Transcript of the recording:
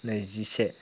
नैजिसे